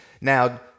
Now